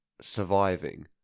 surviving